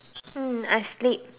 hmm I sleep